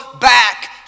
back